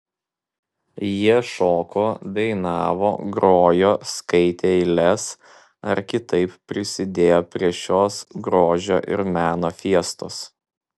jie šoko dainavo grojo skaitė eiles ar kitaip prisidėjo prie šios grožio ir meno fiestos